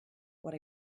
what